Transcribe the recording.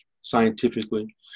scientifically